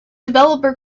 developer